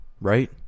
right